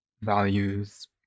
values